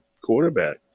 quarterback